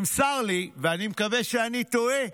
נמסר לי, ואני מקווה שאני טועה,